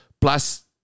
Plus